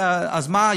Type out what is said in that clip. אז מה,